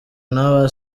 n’aba